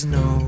no